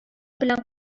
белән